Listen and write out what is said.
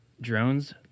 drones